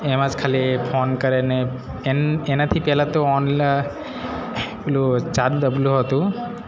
એમાં જ ખાલી એ ફોન કરે ને એન એનાથી પહેલાં તો ઓનલ પેલું સાદું ડબલું હતું